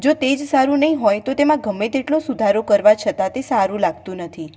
જો તે જ સારું નહીં હોય તો તેમાં ગમે તેટલો સુધારો કરવા છતાં તે સારું લાગતું નથી